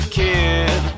kid